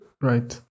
right